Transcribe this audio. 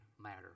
matter